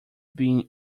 being